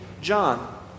John